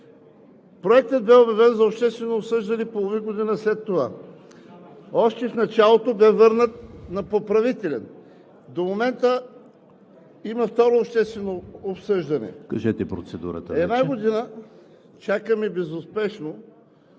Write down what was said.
Проектът бе обявен за обществено обсъждане половин година след това. Още в началото бе върнат на поправителен. До момента има второ обществено обсъждане. ПРЕДСЕДАТЕЛ ЕМИЛ ХРИСТОВ: